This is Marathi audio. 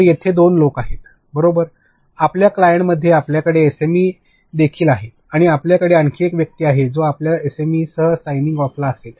तर येथे दोन लोक आहेत बरोबर आपल्या क्लायंटमध्ये आपल्याकडे एसएमई देखील आहे आणि आपल्याकडे आणखी एक व्यक्ती आहे जो आपल्या एसएमईसह सायनिंग ऑफला असेल